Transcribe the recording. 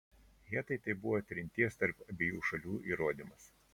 hetai tai buvo trinties tarp abiejų šalių įrodymas